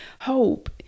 hope